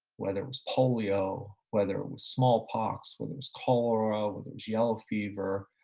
whether it was polio, whether it was smallpox, whether it was cholera, whether it was yellow fever,